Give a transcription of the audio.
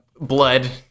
blood